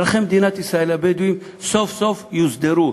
אזרחי מדינת ישראל הבדואים סוף-סוף יוסדרו,